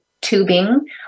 tubing